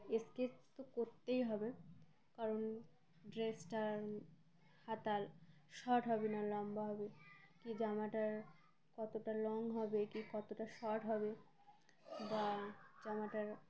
sketch তো করতেই হবে কারণ ড্রেসটার হাতার শর্ট হবে না লম্বা হবে কি জামাটার কতটা লং হবে কি কতটা শর্ট হবে বা জামাটার